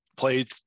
played